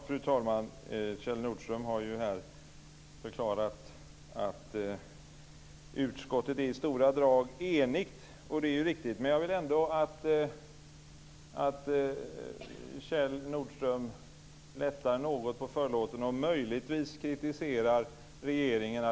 Fru talman! Kjell Nordström har här förklarat att utskottet i stora drag är enigt. Det är ju riktigt. Men jag vill ändå att Kjell Nordström lättar något på förlåten och möjligtvis kritiserar regeringen.